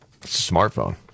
Smartphone